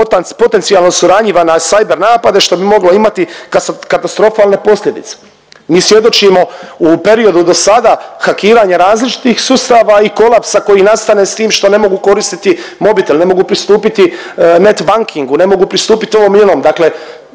potencijalno su ranjiva na cyber napade, što bi moglo imati, katastrofalne posljedice. Mi svjedočimo u periodu do sada hakiranja različitih sustava i kolapsa koji nastane s tim što ne mogu koristiti mobitel, ne mogu pristupiti net bankingu, ne mogu pristupiti ovom i onom, dakle